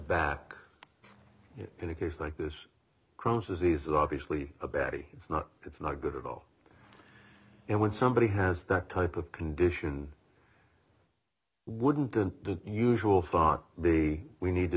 back in a case like this crohn's disease is obviously a baddie it's not it's not good at all and when somebody has that type of condition wouldn't the usual thought the we need to